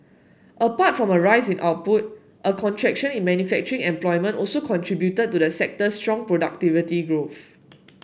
apart from a rise in output a contraction in manufacturing employment also contributed to the sector's strong productivity growth